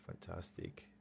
fantastic